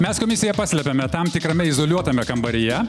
mes komisiją paslėpėme tam tikrame izoliuotame kambaryje